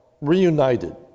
reunited